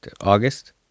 August